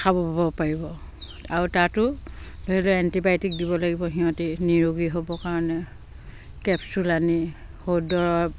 খাব বব পাৰিব আৰু তাতো ধৰি লওক এণ্টিবায়'টিক দিব লাগিব সিহঁতি নিৰোগী হ'বৰ কাৰণে কেপচুল আনি